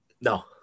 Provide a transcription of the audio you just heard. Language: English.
no